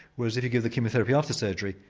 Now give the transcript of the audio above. whereas if you give the chemotherapy after surgery,